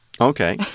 Okay